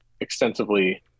extensively